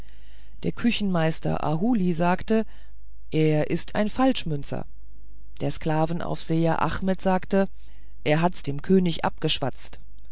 der küchenmeister ahuli sagte er ist ein falschmünzer der sklavenaufseher achmet sagte er hat's dem könig abgeschwatzt